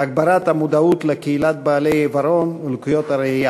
להגברת המודעות לקהילת בעלי העיוורון ולקויות הראייה.